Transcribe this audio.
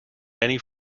many